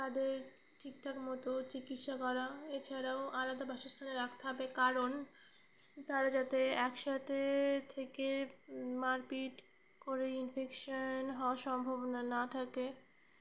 তাদের ঠিক ঠাক মতো চিকিৎসা করা এছাড়াও আলাদা বাসস্থানে রাখতে হবে কারণ তারা যাতে একসাথে থেকে মারপিট করে ইনফেকশান হওয়ার সম্ভাবনা না থাকে